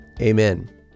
Amen